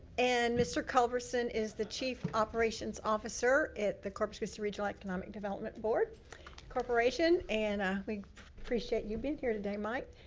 and mister culverson is the chief operations officer at the corpus christi regional economic development board corporation. and we appreciate you being here today, mike.